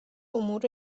امور